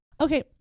okay